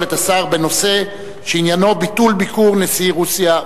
את השר בנושא שעניינו: ביטול ביקור נשיא רוסיה.